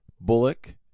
Bullock